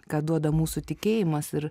ką duoda mūsų tikėjimas ir